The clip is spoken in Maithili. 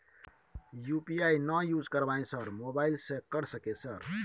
यु.पी.आई ना यूज करवाएं सर मोबाइल से कर सके सर?